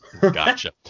Gotcha